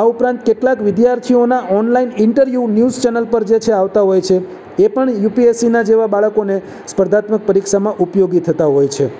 આ ઉપરાંત કેટલાક વિદ્યાર્થીઓના ઓનલાઇન ઇન્ટરયુ ન્યૂઝચેનલ પર જે છે આવતા હોય છે તે પણ યુપીએસસીના જેવાં બાળકોને સ્પર્ધાત્મક પરીક્ષામાં ઉપયોગી થતાં હોય છે